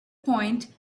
point